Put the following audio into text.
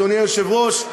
אדוני היושב-ראש,